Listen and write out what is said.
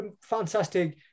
fantastic